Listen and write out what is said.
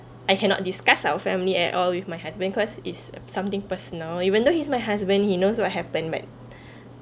I cannot discuss our family at all with my husband cause it's something personal even though he's my husband he knows what happen but